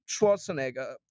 Schwarzenegger